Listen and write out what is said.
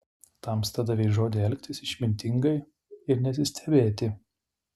tamsta davei žodį elgtis išmintingai ir nesistebėti